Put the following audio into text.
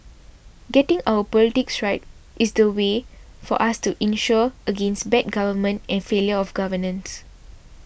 getting our politics right is the way for us to insure against bad government and failure of governance